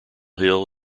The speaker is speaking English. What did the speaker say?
hill